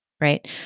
Right